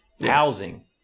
housing